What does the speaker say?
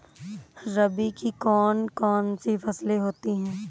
रबी की कौन कौन सी फसलें होती हैं?